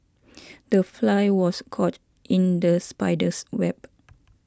the fly was caught in the spider's web